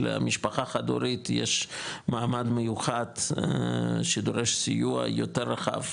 שלמשפחה חד הורית יש מעמד מיוחד שדורש סיוע יותר רחב,